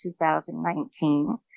2019